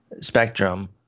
spectrum